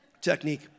Technique